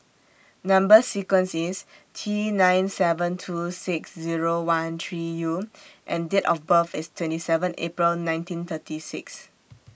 Number sequence IS T nine seven two six Zero one three U and Date of birth IS twenty seven April nineteen thirty six